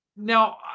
Now